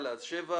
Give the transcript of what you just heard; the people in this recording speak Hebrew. אני אעצור פה,